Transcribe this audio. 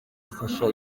gufasha